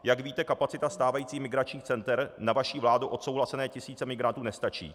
Jak víte, kapacita stávajících migračních center na vaší vládou odsouhlasené tisíce migrantů nestačí.